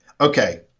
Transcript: okay